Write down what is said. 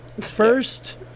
First